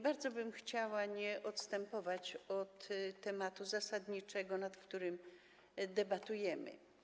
Bardzo bym chciała nie odstępować od tematu zasadniczego, nad którym debatujemy.